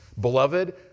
Beloved